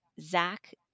Zach